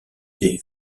des